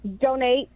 donate